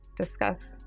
discuss